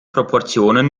proportionen